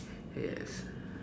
yes